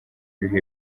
bihe